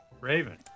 Raven